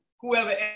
whoever